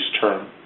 term